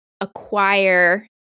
acquire